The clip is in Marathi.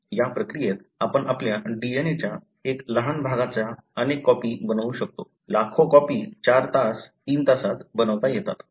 या प्रक्रियेत आपण आपल्या DNA च्या एक लहान भागाच्या अनेक कॉपी बनवू शकतो लाखो कॉपी 4 तास 3 तासात बनवता येतात